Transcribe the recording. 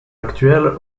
actuelle